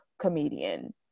comedian